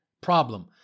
problem